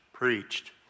preached